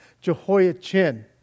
Jehoiachin